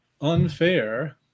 unfair